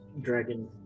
dragon